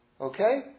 Okay